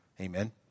Amen